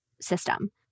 system